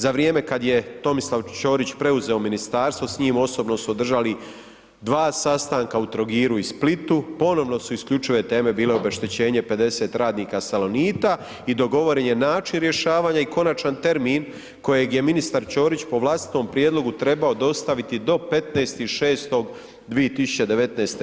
Za vrijeme kad je Tomislav Ćorić preuzeo ministarstvo s njim osobno su održali 2 sastanaka u Trogiru i Splitu, ponovo su isključive teme bile obeštećenje 50 radnika Salonita i dogovoren je način rješavanja i konačan termin kojeg je ministar Ćorić po vlastitom prijedlogu trebao dostaviti do 15.6.2019.